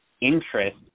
interest